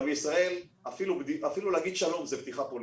אבל בישראל אפילו להגיד שלום זה בדיחה פוליטית,